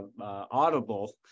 Audible